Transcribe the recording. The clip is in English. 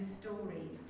stories